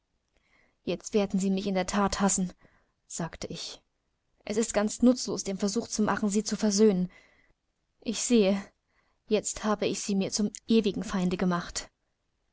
jetzt werden sie mich in der that hassen sagte ich es ist ganz nutzlos den versuch zu machen sie zu versöhnen ich sehe jetzt habe ich sie mir zum ewigen feinde gemacht